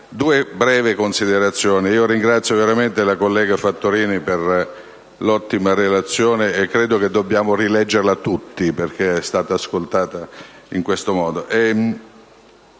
Due brevi considerazioni. Ringrazio veramente la collega Fattorini per l'ottima relazione. Credo che la dobbiamo rileggere tutti, perché non è stata ascoltata come